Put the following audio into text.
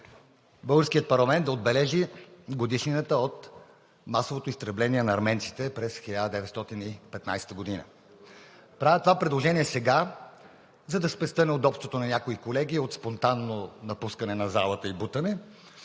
българският парламент да отбележи Годишнината от масовото изтребление на арменците през 1915 г. Правя това предложение сега, за да спестя неудобството на някои колеги от спонтанно напускане на залата и бутане,